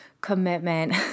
commitment